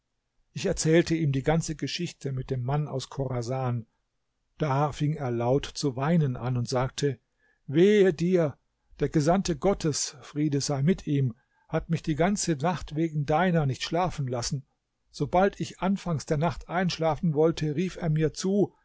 ich erzählte ihm die ganze geschichte mit dem mann aus chorasan da fing er laut zu weinen an und sagte wehe dir der gesandte gottes friede sei mit ihm hat mich die ganze nacht wegen deiner nicht schlafen lassen sobald ich anfangs der nacht einschlafen wollte rief er mir zu